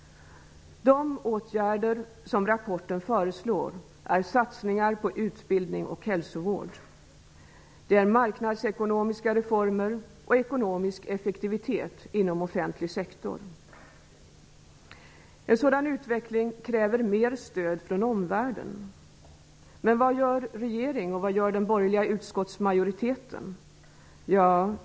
De åtgärder som UNCTAD föreslår i rapporten är satsningar på utbildning och hälsovård. Det är marknadsekonomiska reformer och ekonomisk effektivitet inom offentliga sektorn. En sådan utveckling kräver mer stöd från omvärlden. Men vad gör regeringen och den borgerliga utskottsmajoriteten?